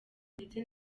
ndetse